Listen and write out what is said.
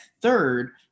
third